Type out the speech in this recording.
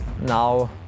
Now